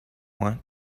want